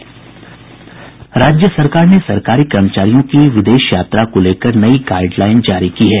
राज्य सरकार ने सरकारी कर्मचारियों की विदेश यात्रा को लेकर नई गाईड लाईन जारी की है